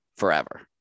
Forever